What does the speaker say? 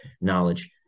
knowledge